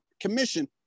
commission